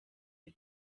the